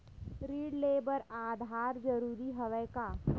ऋण ले बर आधार जरूरी हवय का?